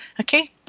okay